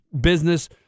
business